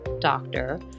doctor